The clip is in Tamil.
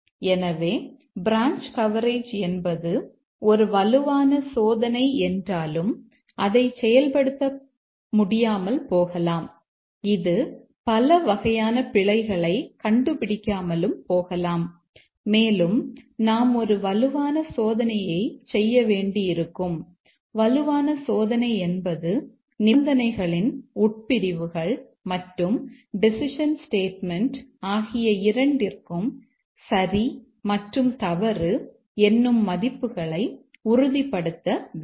எனவே பிரான்ச் கவரேஜ் என்பது ஒரு வலுவான சோதனை என்றாலும் அதை செயல்படுத்த முடியாமல் போகலாம் இது பல வகையான பிழைகளை கண்டு பிடிக்காமலும் போகலாம் மேலும் நாம் ஒரு வலுவான சோதனையை செய்ய வேண்டியிருக்கும் வலுவான சோதனை என்பது நிபந்தனைகளின் உட்பிரிவுகள் மற்றும் டெசிஷன் ஸ்டேட்மெண்ட் ஆகிய இரண்டிற்கும் சரி மற்றும் தவறு என்னும் மதிப்புகளை உறுதிப்படுத்த வேண்டும்